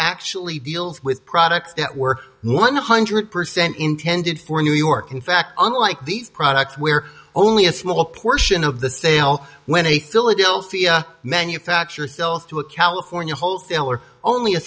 actually deals with products that were one hundred percent intended for new york in fact unlike these products where only a small portion of the sale when a philadelphia manufacturer filth to a california whole filler only a